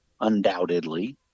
Undoubtedly